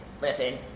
listen